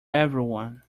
everyone